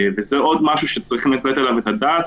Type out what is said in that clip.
וזה עוד משהו שצריכים לתת עליו את הדעת.